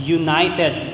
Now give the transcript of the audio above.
united